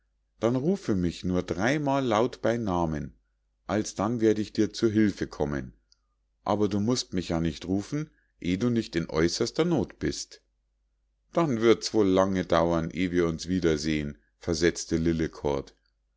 dann rufe mich nur dreimal laut bei namen alsdann werde ich dir zu hülfe kommen aber du musst mich ja nicht rufen eh du nicht in der äußersten noth bist dann wird's wohl lange dauern eh wir uns wiedersehen versetzte